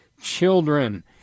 children